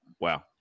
wow